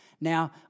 Now